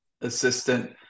assistant